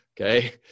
Okay